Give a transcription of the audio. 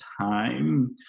time